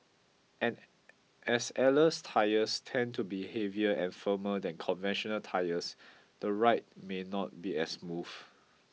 as airless tyres tend to be heavier and firmer than conventional tyres the ride may not be as smooth